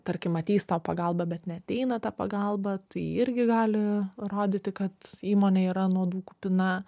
tarkim ateis tau pagalba bet neateina ta pagalba tai irgi gali rodyti kad įmonė yra nuodų kupina